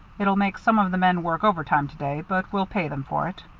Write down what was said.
it'll make some of the men work overtime to-day, but we'll pay them for it.